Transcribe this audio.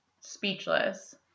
speechless